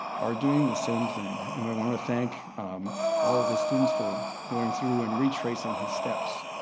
are doing the same thing. and i want to thank all of the students for going through and retracing his steps.